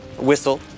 Whistle